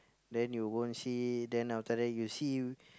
then you go and see then after that you see